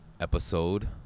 episode